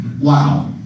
Wow